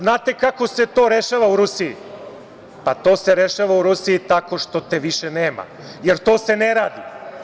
Znate kako se to rešava u Rusiji, pa, to se rešava u Rusiji tako što te više nema, jer to se ne radi.